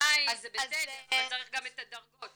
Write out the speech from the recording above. אקדמאי זה בסדר, אבל צריך גם את הדרגות.